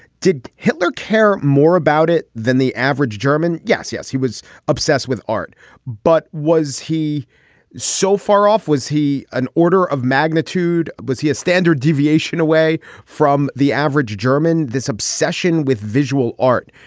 did hitler care more about it than the average german. yes. yes he was obsessed with art but was he so far off. was he an order of magnitude. was he a and deviation away from the average german. this obsession with visual art.